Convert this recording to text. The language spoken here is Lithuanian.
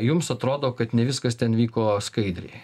jums atrodo kad ne viskas ten vyko skaidriai